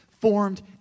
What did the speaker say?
formed